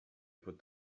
put